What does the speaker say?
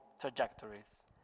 trajectories